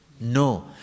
No